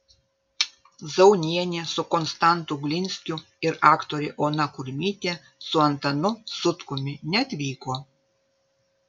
zaunienė su konstantu glinskiu ir aktorė ona kurmytė su antanu sutkumi neatvyko